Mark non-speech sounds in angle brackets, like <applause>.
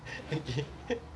okay <laughs>